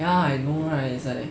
ya I know right it's like